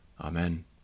Amen